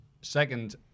second